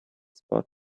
spot